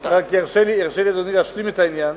רק ירשה לי אדוני להשלים את העניין.